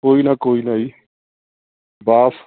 ਕੋਈ ਨਾ ਕੋਈ ਨਾ ਜੀ ਦਾਸ